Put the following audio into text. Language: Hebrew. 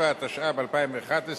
67), התשע"ב 2012,